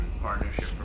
Partnership